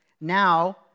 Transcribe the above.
now